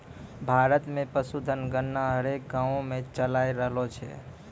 भारत मे पशुधन गणना हरेक गाँवो मे चालाय रहलो छै